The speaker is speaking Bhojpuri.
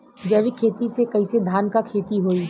जैविक खेती से कईसे धान क खेती होई?